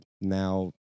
now